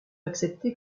acceptait